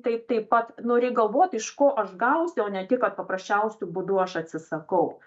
tai taip pat nu reik galvot iš ko aš gausiu o ne tik kad paprasčiausiu būdu aš atsisakau